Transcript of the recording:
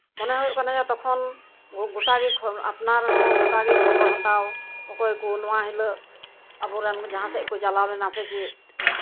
ᱢᱚᱱᱮ ᱦᱩᱭᱩᱜ ᱠᱟᱱ ᱛᱟᱦᱮᱸᱫ ᱛᱚᱠᱷᱚᱱ ᱜᱳᱴᱟᱜᱮ ᱠᱷᱚᱵᱚᱨ ᱟᱯᱱᱟᱨ ᱦᱚᱸ ᱜᱚᱴᱟᱜᱮ ᱦᱟᱛᱟᱣ ᱚᱠᱚᱭ ᱠᱚ ᱱᱚᱶᱟ ᱦᱤᱞᱳᱜ ᱟᱵᱚ ᱨᱮᱱ ᱡᱟᱦᱟᱸ ᱥᱮᱫ ᱠᱚ ᱪᱟᱞᱟᱣ ᱞᱮᱱᱟ ᱥᱮ ᱪᱮᱫ